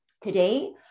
today